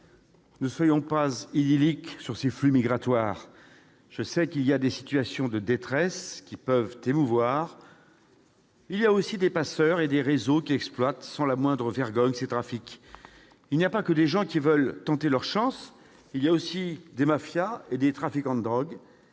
Ne soyons pas idylliques à propos de ces flux migratoires. Je sais qu'il existe des situations de détresse, qui peuvent émouvoir, mais il y a aussi des passeurs et des réseaux qui exploitent ces trafics sans la moindre vergogne. Il n'y a pas que des gens qui veulent tenter leur chance ; il y a aussi des mafias et des trafiquants de drogue.